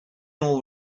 all